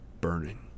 burning